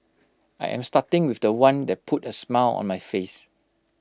I am starting with The One that put A smile on my face